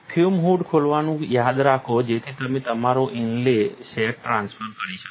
fume hood ખોલવાનું યાદ રાખો જેથી તમે તમારો ઇનલે સેટ ટ્રાન્સફર કરી શકો